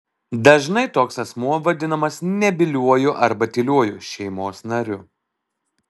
dažnai toks asmuo vadinamas nebyliuoju arba tyliuoju šeimos nariu